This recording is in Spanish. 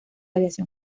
aviación